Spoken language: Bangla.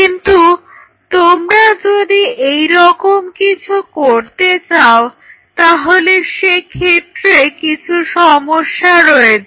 কিন্তু তোমরা যদি এই রকম কিছু করতে চাও তাহলে সেক্ষেত্রে কিছু সমস্যা রয়েছে